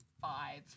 Five